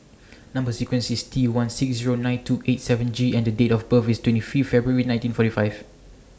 Number sequence IS T one six Zero nine two eight seven G and Date of birth IS twenty five February nineteen forty five